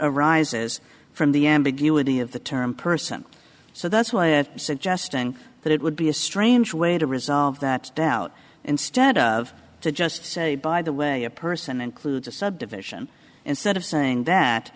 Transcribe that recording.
arises from the ambiguity of the term person so that's why i'm suggesting that it would be a strange way to resolve that doubt instead of to just say by the way a person includes a son division and set of saying that